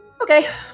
Okay